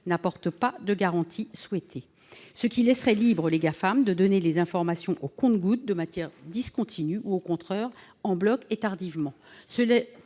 n'apporte pas les garanties souhaitées, ce qui laisserait libres les Gafam de donner les informations au compte-gouttes, de manière discontinue, ou au contraire en un bloc et tardivement.